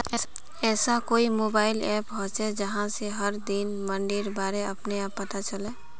ऐसा कोई mobile app होचे जहा से हर दिन मंडीर बारे अपने आप पता चले?